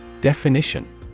Definition